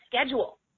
schedule